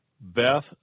Beth